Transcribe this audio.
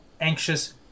anxious